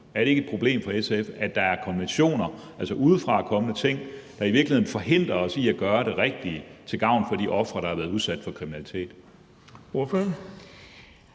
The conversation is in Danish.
Er det ikke et problem for SF, at der er konventioner, altså udefrakommende ting, der i virkeligheden forhindrer os i at gøre det rigtige til gavn for de ofre, der har været udsat for kriminalitet?